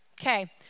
Okay